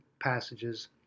passages